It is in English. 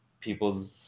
people's